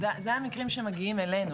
אלה המקרים שמגיעים אלינו.